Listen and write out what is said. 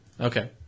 Okay